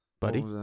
buddy